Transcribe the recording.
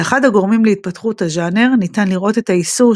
כאחד הגורמים להתפתחות הז'אנר ניתן לראות את האיסור